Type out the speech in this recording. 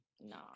no